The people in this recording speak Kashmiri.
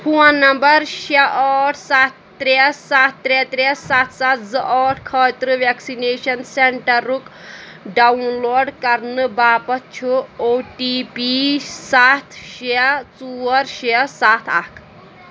فون نمبر شےٚ ٲٹھ سَتھ ترٛےٚ سَتھ ترٛےٚ ترٛےٚ سَتھ سَتھ زٕ ٲٹھ خٲطرٕ ویکسِنیشن سینٹرُک ڈاؤن لوڈ کرنہٕ باپتھ چھُ او ٹی پی سَتھ شےٚ ژور شےٚ سَتھ اکھ